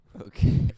Okay